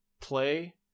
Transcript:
Play